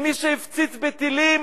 עם מי שהפציץ בטילים